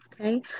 Okay